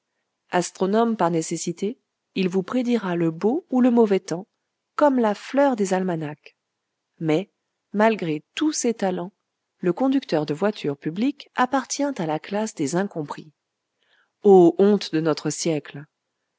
astronome par nécessité il vous prédira le beau ou le mauvais temps comme la fleur des almanachs mais malgré tous ses talents le conducteur de voitures publiques appartient à la classe des incompris o honte de notre siècle